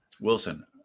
Wilson